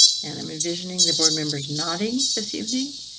an i'm envisioning the board members nodding this evening.